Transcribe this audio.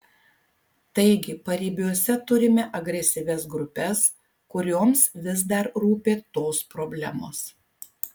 taigi paribiuose turime agresyvias grupes kurioms vis dar rūpi tos problemos